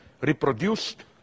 reproduced